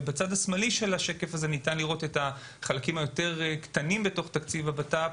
בצד השמאלי של הקף ניתן לראות את החלקים היותר קטנים בתוך תקציב הבט"פ,